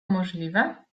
możliwe